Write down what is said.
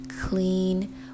clean